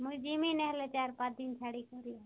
ମୁଇଁ ଯିମି ନହେଲେ ଚାର୍ ପାଞ୍ଚଦିନ ଛାଡ଼ିକି କରିଆ